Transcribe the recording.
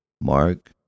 Mark